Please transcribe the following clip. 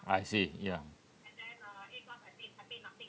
I see ya